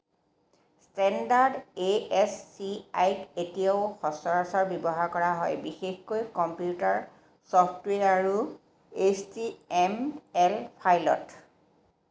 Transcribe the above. standard A S C I ক এতিয়াও সচৰাচৰ ব্যৱহাৰ কৰা হয় বিশেষকৈ কম্পিউটাৰ ছফ্টৱেৰ আৰু এইচ টি এম এল ফাইলত